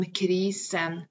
krisen